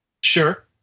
Sure